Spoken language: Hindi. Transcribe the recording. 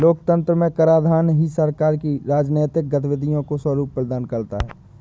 लोकतंत्र में कराधान ही सरकार की राजनीतिक गतिविधियों को स्वरूप प्रदान करता है